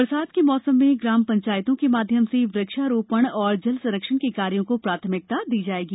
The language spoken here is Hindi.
बरसात के मौसम में ग्राम पंचायतों के माध्यम से वृक्षारोपण और जल संरक्षण के कार्यों को प्राथमिकता दी जायेगी